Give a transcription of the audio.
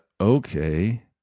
okay